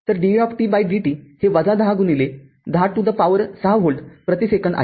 तर dvdt हे १०१० to the power ६ volt प्रति सेकंद आहे